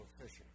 fishing